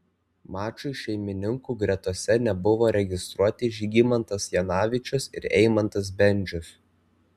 mačui šeimininkų gretose nebuvo registruoti žygimantas janavičius ir eimantas bendžius